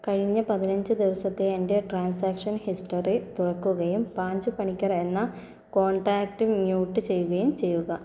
കഴിഞ്ഞ പതിനഞ്ച് ദിവസത്തെ എൻ്റെ ട്രാൻസാക്ഷൻ ഹിസ്റ്ററി തുറക്കുകയും പാഞ്ചു പണിക്കർ എന്ന കോൺടാക്റ്റ് മ്യൂട്ട് ചെയ്യുകയും ചെയ്യുക